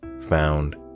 found